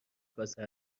کاسه